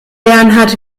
bernhard